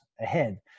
ahead